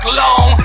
long